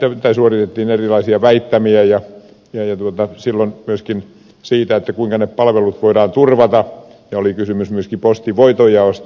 täällä esitettiin erilaisia väittämiä silloin myöskin siitä kuinka ne palvelut voidaan turvata ja oli kysymys myöskin postin voitonjaosta